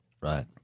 right